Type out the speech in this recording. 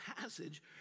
passage